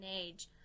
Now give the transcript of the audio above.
Age